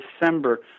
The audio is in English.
December